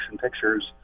pictures